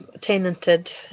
tenanted